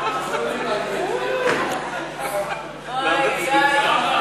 אין לי מה להגיד, יוני, תעשה משהו.